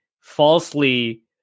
falsely